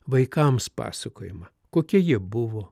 vaikams pasakojama kokie jie buvo